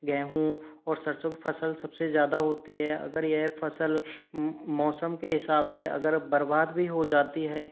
गेहूं और सरसों की फसल सबसे ज़्यादा होती है अगर यह फसल मौसम के हिसाब से अगर बर्बाद भी हो जाती है